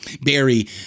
Barry